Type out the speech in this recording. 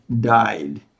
died